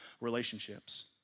relationships